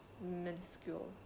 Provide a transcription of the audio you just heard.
minuscule